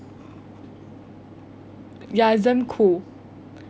ya it's damn cool